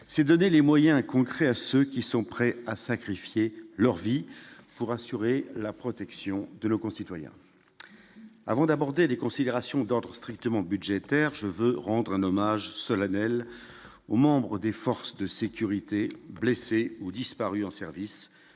s'est donné les moyens concrets, à ceux qui sont prêts à sacrifier leur vie pour assurer la protection de nos concitoyens, avant d'aborder des considérations d'ordre strictement budgétaires, je veux rendre un hommage solennel aux membres des forces de sécurité blessés ou disparus en services